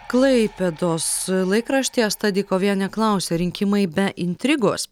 klaipėdos laikraštyje asta dykovienė klausia rinkimai be intrigos